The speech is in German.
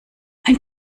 ein